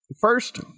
first